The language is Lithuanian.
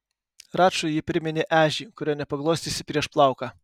račui ji priminė ežį kurio nepaglostysi prieš plauką